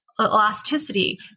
elasticity